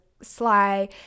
sly